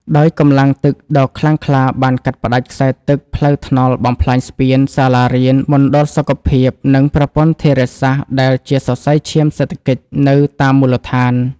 ដោយកម្លាំងទឹកដ៏ខ្លាំងក្លាបានកាត់ផ្ដាច់ខ្សែទឹក ផ្លូវថ្នល់ បំផ្លាញស្ពាន សាលារៀន មណ្ឌលសុខភាព និងប្រព័ន្ធធារាសាស្ត្រដែលជាសរសៃឈាមសេដ្ឋកិច្ចនៅតាមមូលដ្ឋាន។